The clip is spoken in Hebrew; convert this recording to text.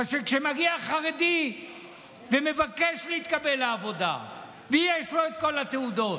בגלל שכשמגיע חרדי ומבקש להתקבל לעבודה ויש לו את כל התעודות,